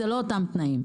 זה לא אותם תנאים.